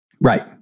Right